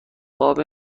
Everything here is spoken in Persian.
قاب